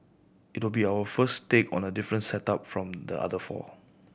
it will be our first take on a different setup from the other four